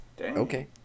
okay